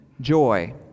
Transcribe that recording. joy